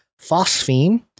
phosphine